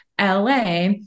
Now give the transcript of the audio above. LA